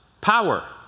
power